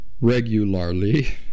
Regularly